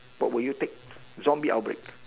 what you will take zombie outbreak